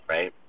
Right